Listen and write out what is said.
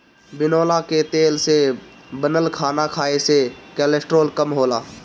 बिनौला कअ तेल से बनल खाना खाए से कोलेस्ट्राल कम होला